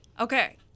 Okay